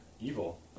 evil